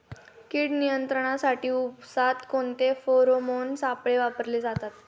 कीड नियंत्रणासाठी उसात कोणते फेरोमोन सापळे वापरले जातात?